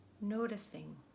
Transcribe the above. noticing